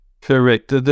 Correct